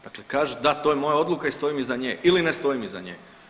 Dakle, kaže da to je moja odluka i stojim iza nje ili ne stojim iza nje.